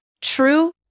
true